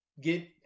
get